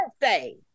Birthday